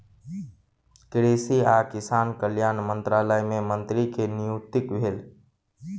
कृषि आ किसान कल्याण मंत्रालय मे मंत्री के नियुक्ति भेल